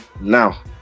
now